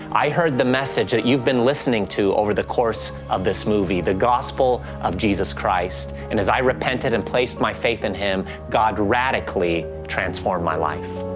i heard the message that you've been listening to over the course of this movie, the gospel of jesus christ. and as i repented and placed my faith in him, god radically transformed my life.